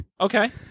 Okay